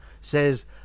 says